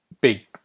big